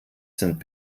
sind